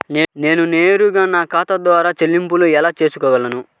నేను నేరుగా నా ఖాతా ద్వారా చెల్లింపులు ఎలా చేయగలను?